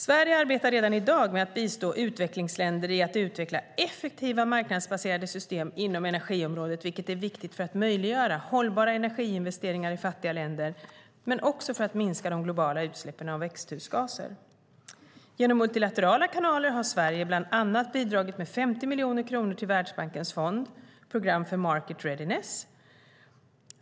Sverige arbetar redan i dag med att bistå utvecklingsländer med att utveckla effektiva marknadsbaserade system inom energiområdet, vilket är viktigt för att möjliggöra hållbara energiinvesteringar i fattiga länder men också för att minska de globala utsläppen av växthusgaser. Genom multilaterala kanaler har Sverige bland annat bidragit med 50 miljoner kronor till Världsbankens fond "Program för Market Readiness".